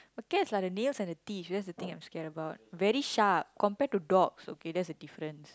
okay lah it's like the nails and teeth that's the thing I'm scared about very sharp compared to dogs okay that's the difference